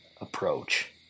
approach